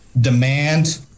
Demand